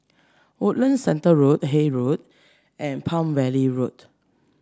Woodlands Centre Road Haig Road and Palm Valley Road